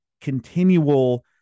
continual